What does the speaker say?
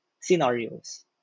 scenarios